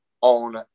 on